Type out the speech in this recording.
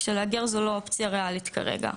כשלהגר זו לא אופציה ריאלית כרגע.